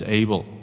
able